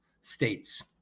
states